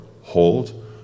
Hold